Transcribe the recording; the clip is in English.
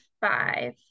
Five